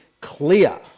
Clear